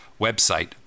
website